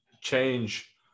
change